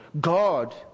God